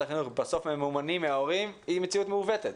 החינוך בסוף ממומנים מההורים היא מציאות מעוותת.